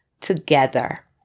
together